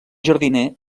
jardiner